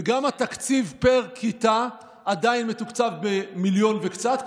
וגם התקציב פר כיתה עדיין מתוקצב במיליון וקצת,